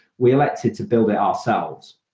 we elected to build it ourselves.